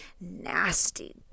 nasty